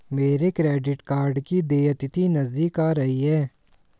मेरे credit card की देय तिथि नज़दीक आ रही है